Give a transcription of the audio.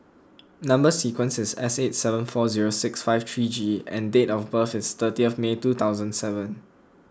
Number Sequence is S eight seven four zero six five three G and date of birth is thirtieth May two thousand and seven